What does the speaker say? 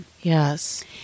Yes